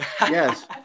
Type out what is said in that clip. Yes